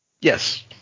Yes